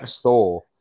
Thor